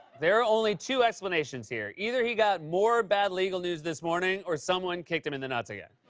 there are only two explanations here. either he got more bad legal news this morning or someone kicked him in the nuts again.